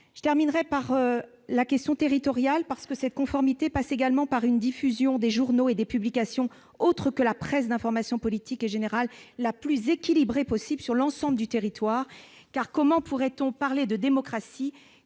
à nos principes démocratiques. Or cette conformité passe également par une diffusion des journaux et publications autres que la presse d'information politique et générale la plus équilibrée possible sur l'ensemble du territoire. Car comment pourrait-on parler de démocratie